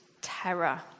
terror